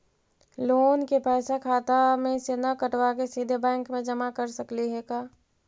Loan के पैसा खाता मे से न कटवा के सिधे बैंक में जमा कर सकली हे का?